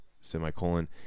semicolon